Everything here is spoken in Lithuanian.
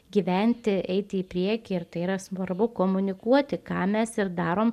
gyventi eiti į priekį ir tai yra svarbu komunikuoti ką mes ir darom